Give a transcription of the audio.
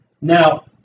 Now